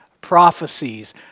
Prophecies